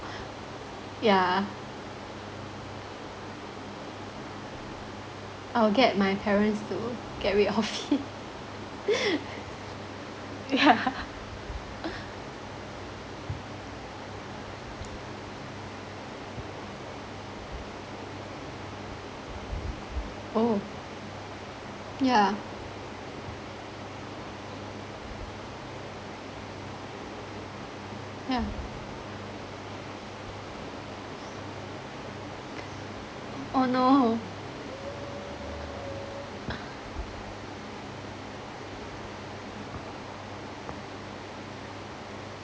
yeah I'll get my parents to get rid of it yeah oh yeah yeah oh no